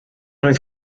oedd